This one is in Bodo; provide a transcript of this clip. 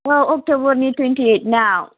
औ अक्ट'बरनि टुवेन्टिऐइदनाव